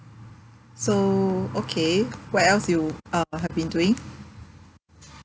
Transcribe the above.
so okay what else you uh have been doing